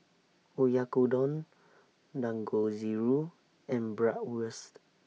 Oyakodon Dangojiru and Bratwurst